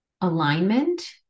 alignment